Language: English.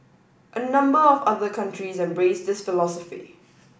a number of other countries embrace this philosophy